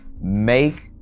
make